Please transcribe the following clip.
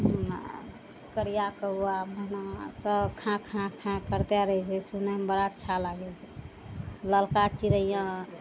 नहि करिआ कौआ मैना सब खैं खैं खैं करते रहय छै सुनयमे बड़ा अच्छा लागय छै ललका चिड़ैया